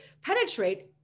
penetrate